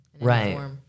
Right